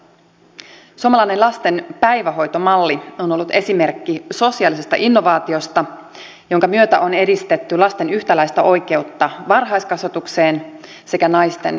suomalainen lasten päivähoitomalli on ollut esimerkki sosiaalisesta innovaatiosta jonka myötä on edistetty lasten yhtäläistä oikeutta varhaiskasvatukseen sekä naisten työssäkäyntimahdollisuutta